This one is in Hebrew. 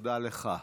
תודה לך.